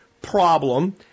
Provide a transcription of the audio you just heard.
problem